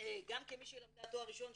גם כמי שלמדה תואר ראשון,